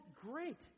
great